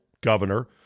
governor